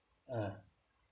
ah